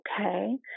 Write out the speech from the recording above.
okay